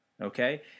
okay